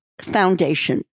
foundation